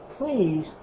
please